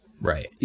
right